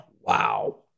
Wow